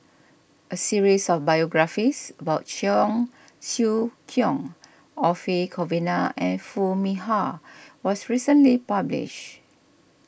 a series of biographies about Cheong Siew Keong Orfeur Cavenagh and Foo Mee Har was recently published